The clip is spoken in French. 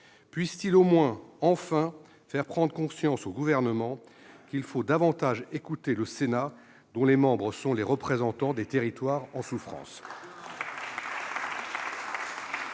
Puissent-ils au moins enfin faire prendre conscience au Gouvernement qu'il faut davantage écouter le Sénat, dont les membres sont les représentants des territoires en souffrance.